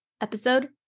episode